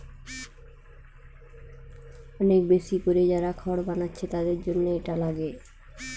অনেক বেশি কোরে যারা খড় বানাচ্ছে তাদের জন্যে এটা লাগে